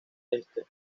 este